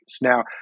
Now